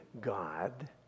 God